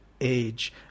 age